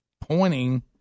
pointing